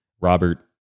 Robert